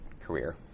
career